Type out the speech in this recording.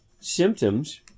symptoms